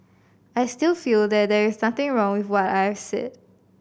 I still feel that there is nothing wrong with what I've said